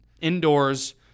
indoors